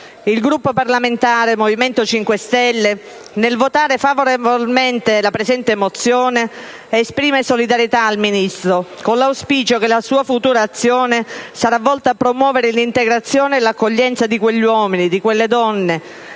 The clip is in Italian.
Il Gruppo parlamentare del Movimento 5 Stelle, nel votare favorevolmente la presente mozione, esprime solidarietà al Ministro, con l'auspicio che la sua futura azione sia volta a promuovere l'integrazione e l'accoglienza di quegli uomini, di quelle donne